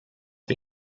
wir